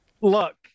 Look